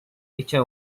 echa